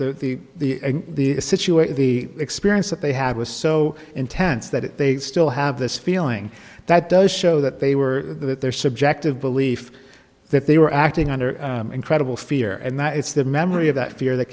situation the experience that they had was so intense that they still have this feeling that does show that they were that their subjective belief that they were acting under incredible fear and that it's the memory of that fear that